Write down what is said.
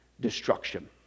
Destruction